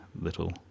little